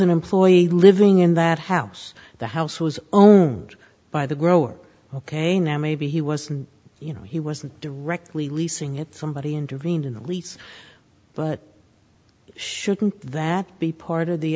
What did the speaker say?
an employee living in that house the house was owned by the grower ok now maybe he wasn't you know he wasn't directly leasing it somebody intervened in the lease but shouldn't that be part of the